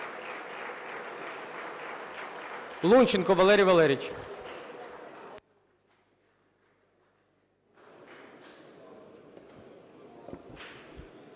Лунченко Валерій Валерійович.